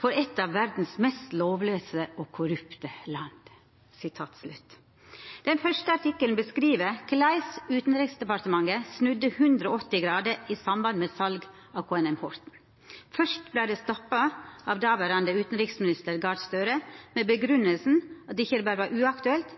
for et av verdens mest lovløse og korrupte land.» Den første artikkelen beskriv korleis Utanriksdepartementet snudde 180 grader i samband med sal av KNM «Horten». Først vart det stoppa av dåverande utanriksminister Gahr Støre med den grunngjevinga at det ikkje berre var uaktuelt,